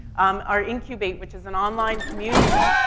um, our incubate, which is an online community,